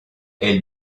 elle